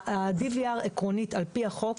ה-DVR עקרונית על פי החוק,